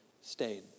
stayed